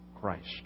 Christ